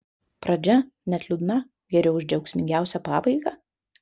pradžia net liūdna geriau už džiaugsmingiausią pabaigą